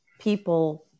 people